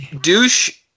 Douche